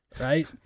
Right